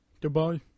Goodbye